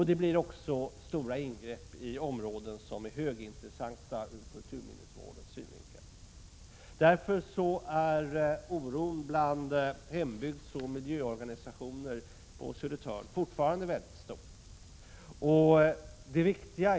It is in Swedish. Det blir också stora ingrepp i områden som är högintressanta ur kulturminnesvårdens synvinkel. Därför är oron inom hembygdsoch miljöorganisationer på Södertörn fortfarande mycket stor.